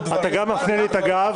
דברים ----- אתה גם מפנה לי את הגב.